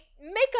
makeup